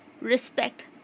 respect